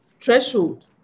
threshold